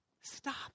Stop